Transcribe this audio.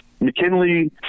McKinley